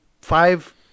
five